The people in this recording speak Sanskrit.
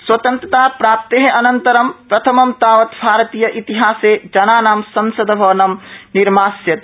स्वतन्त्रताप्राप्तेः अनन्तरं प्रथमं तावत् भारतीय इतिहासे जनानां संसद्भवनं निर्मास्यते